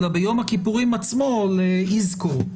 אלא ביום הכיפורים עצמו ל'יזכור',